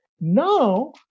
Now